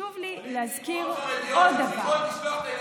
חשוב לי להזכיר עוד דבר, אבל אם